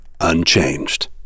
unchanged